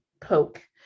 poke